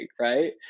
right